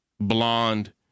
blonde